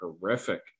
horrific